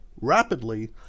rapidly